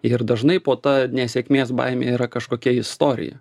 ir dažnai po ta nesėkmės baime yra kažkokia istorija